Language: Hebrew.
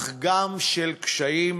אך גם של קשיים,